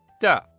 Duh